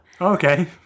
okay